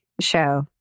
show